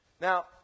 Now